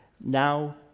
now